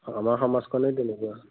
আমাৰ সমাজখনে তেনেকুৱা